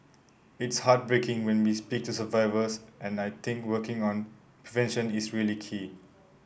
it's heartbreaking when we speak to survivors and I think working on prevention is really key